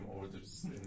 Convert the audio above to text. orders